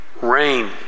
rain